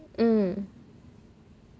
mm